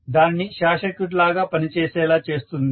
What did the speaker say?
అది దానిని short circuit లాగా పనిచేసేలా చేస్తుంది